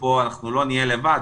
ופה אנחנו לא נהיה לבד,